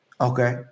Okay